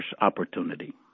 opportunity